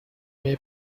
may